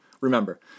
Remember